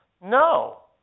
No